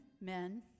men